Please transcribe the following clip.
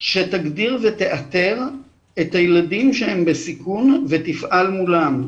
שתגדיר ותאתר את הילדים שהם בסיכון ותפעל מולם.